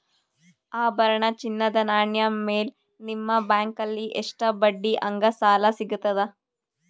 ಆಭರಣ, ಚಿನ್ನದ ನಾಣ್ಯ ಮೇಲ್ ನಿಮ್ಮ ಬ್ಯಾಂಕಲ್ಲಿ ಎಷ್ಟ ಬಡ್ಡಿ ಹಂಗ ಸಾಲ ಸಿಗತದ?